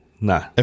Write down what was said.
No